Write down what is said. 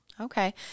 Okay